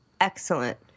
Excellent